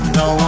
no